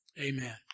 Amen